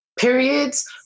periods